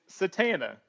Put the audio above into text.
Satana